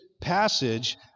passage